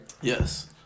yes